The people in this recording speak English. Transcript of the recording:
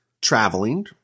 traveling